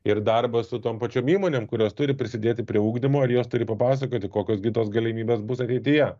ir darbas su tom pačiom įmonėm kurios turi prisidėti prie ugdymo ir jos turi papasakoti kokios gi tos galimybės bus ateityje